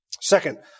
Second